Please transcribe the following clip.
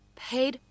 paid